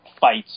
fights